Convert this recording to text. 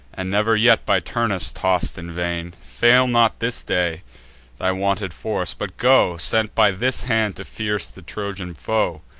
and never yet by turnus toss'd in vain, fail not this day thy wonted force but go, sent by this hand, to pierce the trojan foe!